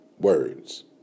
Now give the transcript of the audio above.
words